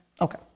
Okay